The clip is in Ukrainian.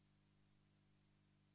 Дякую